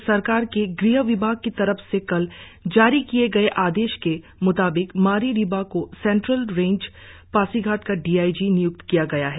राज्य सरकार के ग़ह विभाग की तरफ से कल जारी किए गए आदेश के म्ताबिक मारी रीबा को सेंट्रल रेंज पासीघाट का डी आई जी निय्क्त किया गया है